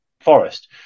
forest